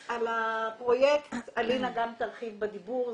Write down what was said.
אז על הפרויקט אלינה גם תרחיב בדיבור,